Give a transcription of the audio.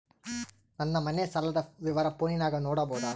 ನನ್ನ ಮನೆ ಸಾಲದ ವಿವರ ಫೋನಿನಾಗ ನೋಡಬೊದ?